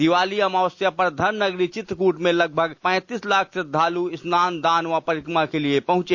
दीपावली अमावस्या पर धर्म नगरी चित्रकूट में लगभग पैतीस लाख श्रद्वालु स्नान दान व परिक्रमा के लिए पहुंचे